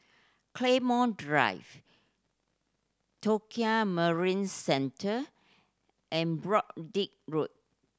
Claymore Drive Tokio Marine Centre and Road